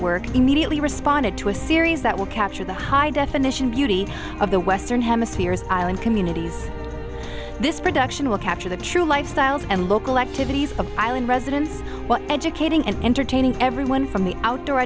work immediately responded to a series that will capture the high definition beauty of the western hemisphere's island communities this production will capture the true lifestyles and local activities of island residents educating and entertaining everyone from the outdoor